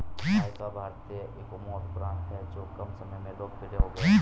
नायका भारतीय ecommerce brand हैं जो कम समय में लोकप्रिय हो गया